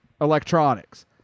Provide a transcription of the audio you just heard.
electronics